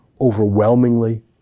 overwhelmingly